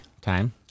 time